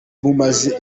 bumaze